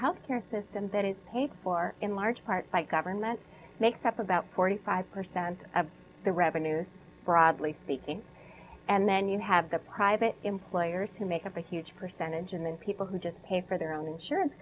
health care system that is paid for in large part by government makes up about forty five percent of the revenues broadly speaking and then you have the private employers who make up a huge percentage and then people who just pay for their own insurance